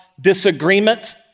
disagreement